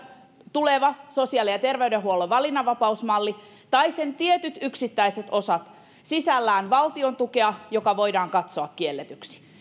tuleva sosiaali ja terveydenhuollon valinnanvapausmalli tai sen tietyt yksittäiset osat sisällään valtiontukea joka voidaan katsoa kielletyksi